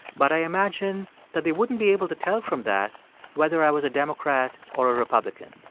but i imagine that they wouldn't be able to tell from that whether i was a democrat or a republican.